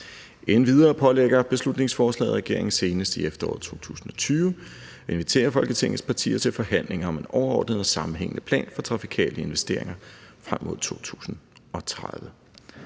Endvidere pålægger beslutningsforslaget regeringen senest i efteråret 2020 at invitere Folketingets partier til forhandlinger om en overordnet og sammenhængende plan for trafikale investeringer frem mod 2030.